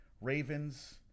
Ravens